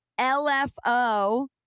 LFO